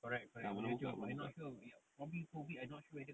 belum buka belum buka